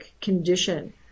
condition